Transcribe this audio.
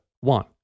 one